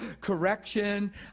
correction